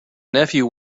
nephew